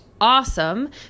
awesome